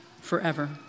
forever